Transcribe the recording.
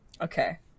Okay